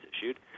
issued